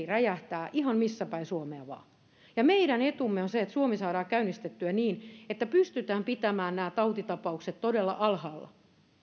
räjähtää ihan missä päin suomea vain ja meidän etumme on se että suomi saadaan käynnistettyä niin että pystytään pitämään nämä tautitapaukset todella alhaalla